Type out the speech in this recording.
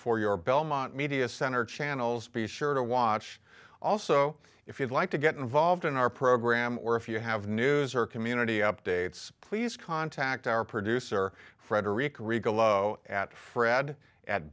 for your belmont media center channel's be sure to watch also if you'd like to get involved in our program or if you have news or community updates please contact our producer frederick regal oh at fred at